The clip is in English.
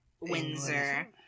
windsor